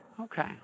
Okay